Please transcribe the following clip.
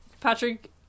Patrick